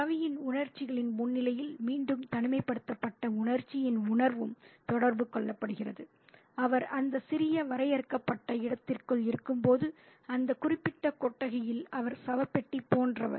ரவியின் உணர்ச்சிகளின் முன்னிலையில் மீண்டும் தனிமைப்படுத்தப்பட்ட உணர்ச்சியின் உணர்வும் தொடர்பு கொள்ளப்படுகிறது அவர் அந்த சிறிய வரையறுக்கப்பட்ட இடத்திற்குள் இருக்கும்போது அந்த குறிப்பிட்ட கொட்டகையில் அவர் சவப்பெட்டி போன்றவர்